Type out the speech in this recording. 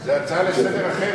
זו הצעה לסדר-היום